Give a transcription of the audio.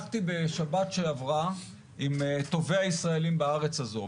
בשבת שעברה הלכתי עם טובי הישראלים בארץ הזאת,